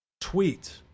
Tweet